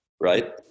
right